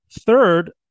Third